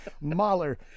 Mahler